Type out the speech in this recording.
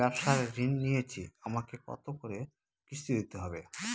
আমি ব্যবসার ঋণ নিয়েছি আমাকে কত করে কিস্তি দিতে হবে?